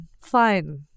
fine